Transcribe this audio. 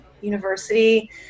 university